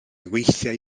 weithiau